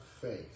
faith